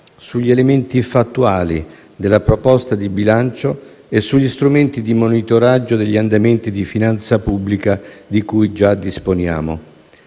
sugli elementi fattuali della proposta di bilancio e sugli strumenti di monitoraggio degli andamenti di finanza pubblica di cui già disponiamo.